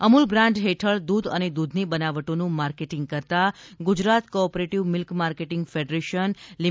Amul brand ફેઠળ દૂધ અને દૂધની બનાવટોનું માર્કેટિંગ કરતાં Gujarat cooperative milk marketing federation લિ